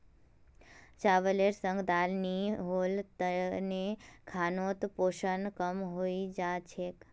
चावलेर संग दाल नी होल तने खानोत पोषण कम हई जा छेक